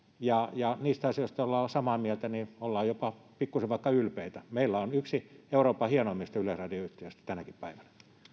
ja ja niistä asioista joista ollaan samaa mieltä ollaan vaikka jopa pikkusen ylpeitä meillä on yksi euroopan hienoimmista yleisradio yhtiöistä tänäkin päivänä